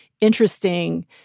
interesting